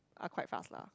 are quite fast lah